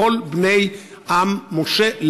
לכל בני עם משה,